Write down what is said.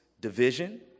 division